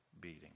beating